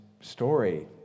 story